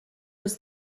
was